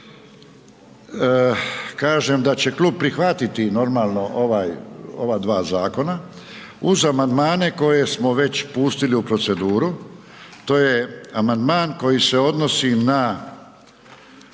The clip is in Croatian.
kažem da će klub prihvatiti normalno ova dva zakona uz amandmane koje smo već pustili u proceduru, to je amandman koji se odnosi na